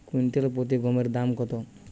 Quintal প্রতি গমের দাম কত?